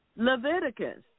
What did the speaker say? Leviticus